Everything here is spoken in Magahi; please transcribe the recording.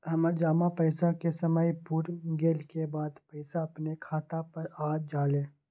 हमर जमा पैसा के समय पुर गेल के बाद पैसा अपने खाता पर आ जाले?